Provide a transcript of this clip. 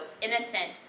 innocent